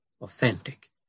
authentic